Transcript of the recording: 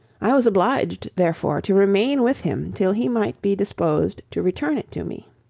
i was obliged, therefore, to remain with him till he might be disposed to return it to me.